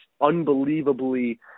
unbelievably